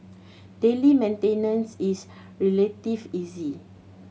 daily maintenance is relatively easy